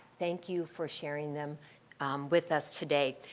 thank you for sharing them with us today.